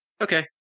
Okay